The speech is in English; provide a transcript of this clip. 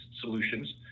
solutions